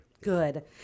Good